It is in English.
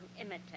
imitate